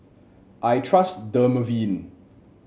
I trust Dermaveen